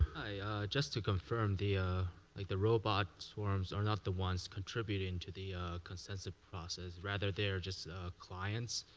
just to confirm the ah like the robot swarms are not the ones contributing to the consensus process. rather, they're just clients,